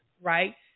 right